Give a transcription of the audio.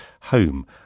home